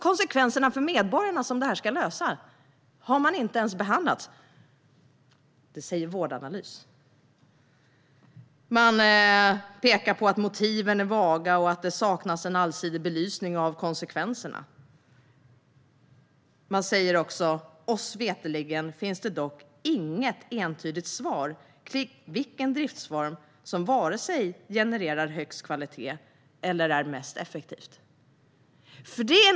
Konsekvenserna för medborgarna som detta gäller har alltså inte ens behandlats - det säger Vårdanalys. Man pekar på att motiven är vaga och att det saknas en allsidig belysning av konsekvenserna. Man säger också att det Vårdanalys veterligen inte finns något entydigt svar på vilken driftsform som genererar högst kvalitet eller är mest effektiv.